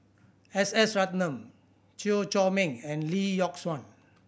S S Ratnam Chew Chor Meng and Lee Yock Suan